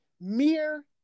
mere